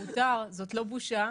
מותר, זאת לא בושה.